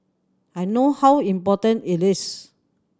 I know how important it is